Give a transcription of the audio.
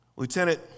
Lieutenant